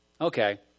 Okay